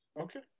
Okay